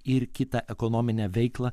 ir kitą ekonominę veiklą